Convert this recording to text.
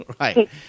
right